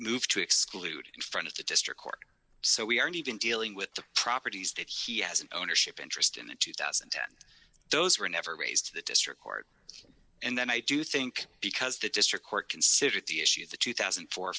moved to exclude in front of the district court so we aren't even dealing with the properties that he has an ownership interest in the two thousand and ten those were never raised to the district court and then i do think because the district court considered the issue of the two thousand